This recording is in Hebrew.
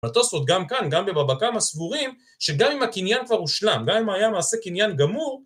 בתוספות גם כאן, גם בבא קמה סבורים, שגם אם הקניין כבר הושלם, גם אם היה מעשה קניין גמור,